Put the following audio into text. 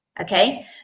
okay